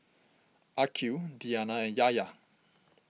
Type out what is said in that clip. Aqil Diyana and Yahya